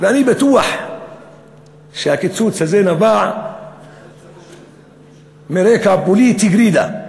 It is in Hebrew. ואני בטוח שהקיצוץ הזה נבע מרקע פוליטי גרידא.